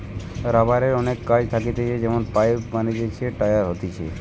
রাবারের অনেক কাজ থাকতিছে যেমন পাইপ বানাতিছে, টায়ার হতিছে